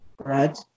right